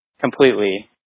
completely